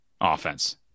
offense